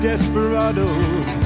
Desperados